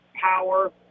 power